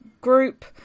group